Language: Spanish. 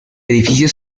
edificio